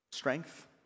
Strength